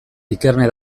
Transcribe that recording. ikerne